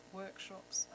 workshops